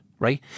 Right